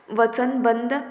वचन बंद